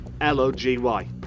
L-O-G-Y